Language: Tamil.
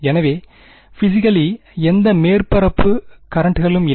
எனவே பிசிக்கலி எந்த மேற்பரப்பு கரெண்ட் களும் இல்லை